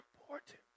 important